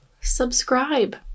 subscribe